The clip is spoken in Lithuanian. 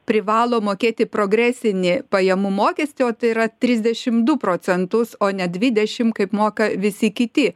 privalo mokėti progresinį pajamų mokestį o tai yra trisdešim du procentus o ne dvidešim kaip moka visi kiti